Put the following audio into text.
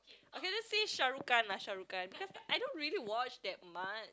okay let's say Shahrukh-Khan lah Shahrukh-Khan because I don't really watch that much